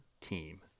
team